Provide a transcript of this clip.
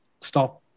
stop